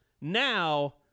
now